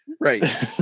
right